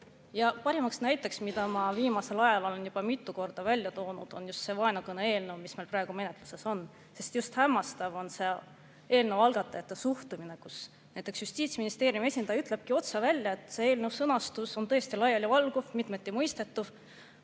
Parimaks näiteks, mida ma viimasel ajal olen juba mitu korda välja toonud, on just see vaenukõne eelnõu, mis meil praegu menetluses on. Just hämmastav on selle eelnõu algatajate suhtumine, kus näiteks Justiitsministeeriumi esindaja ütlebki otse välja, et selle eelnõu sõnastus on tõesti laialivalguv, mitmeti mõistetav,